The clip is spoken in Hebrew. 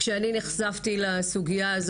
נחשפתי לסוגיה,